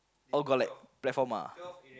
or got like platform ah